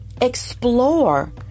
Explore